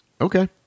Okay